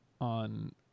on